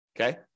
okay